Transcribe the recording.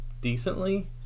decently